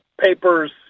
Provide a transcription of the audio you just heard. papers